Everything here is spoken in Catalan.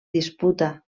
disputa